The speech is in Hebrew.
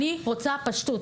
אני רוצה פשטות.